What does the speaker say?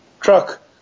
truck